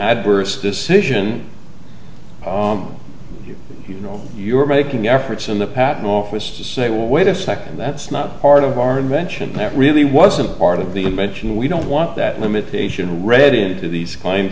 adverse decision you know you're making efforts in the patent office to say well wait a second that's not part of our invention that really wasn't part of the invention and we don't want that limitation read into these